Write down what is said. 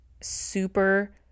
super